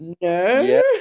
no